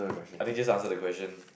I think just answer the question